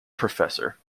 professor